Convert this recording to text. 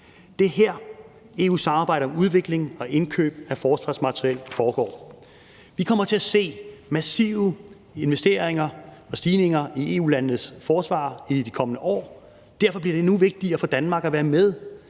Det er her, EU-samarbejdet om udvikling og indkøb af forsvarsmateriel foregår. Vi kommer til at se massive investeringer og stigninger i EU-landenes forsvar i de kommende år. Derfor bliver det nu vigtigere for Danmark at være med